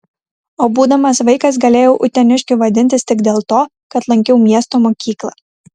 o būdamas vaikas galėjau uteniškiu vadintis tik dėl to kad lankiau miesto mokyklą